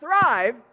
thrive